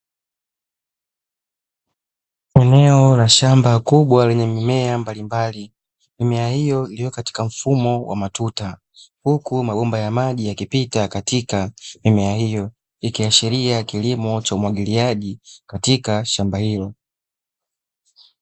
Eneo la shamba kubwa lenye mimea mbalimbali. Mimea hiyo iliyo katika mfumo wa matuta huku mabomba ya maji yakipita katika mimea hiyo, ikiashiria kilimo cha umwagiliaji katika shamba hilo.